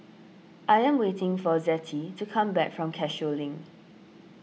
I am waiting for Zettie to come back from Cashew Link